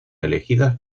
elegidas